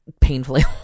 painfully